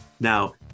Now